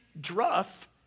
Druff